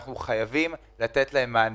אנחנו חייבים לתת להם מענה.